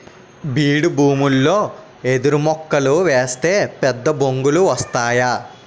బీడుభూములలో ఎదురుమొక్కలు ఏస్తే పెద్దబొంగులు వస్తేయ్